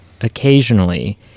occasionally